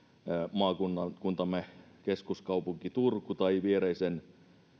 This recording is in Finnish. maakuntamme keskuskaupunki turku tai viereisen